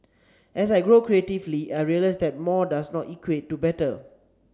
as I grow creatively I realise that more does not equate to better